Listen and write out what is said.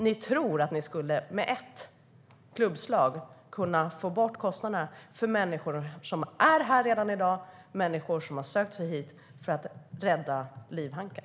Ni tror nämligen att ni genom ett klubbslag skulle kunna få bort kostnaderna för människor som redan är här i dag - människor som har sökt sig hit för att rädda livhanken.